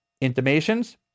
intimations